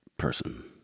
person